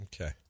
Okay